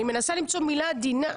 אני מנסה למצוא מילה עדינה.